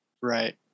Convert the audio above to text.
Right